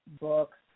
books